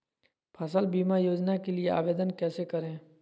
फसल बीमा योजना के लिए आवेदन कैसे करें?